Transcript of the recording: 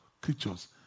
creatures